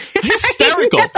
hysterical